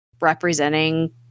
representing